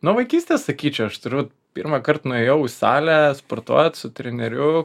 nuo vaikystės sakyčiau aš turbūt pirmąkart nuėjau į salę sportuot su treneriu